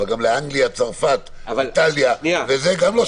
גם לאנגליה וצרפת לא שולחים.